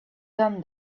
done